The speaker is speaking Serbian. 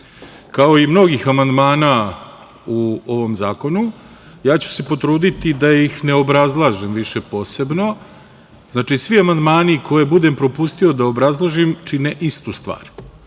kao i mnogih amandmana u ovom zakonu, ja ću se potruditi da ih ne obrazlažem više posebno. Znači, svi amandmani koje budem propustio da obrazložim čine istu stvar.U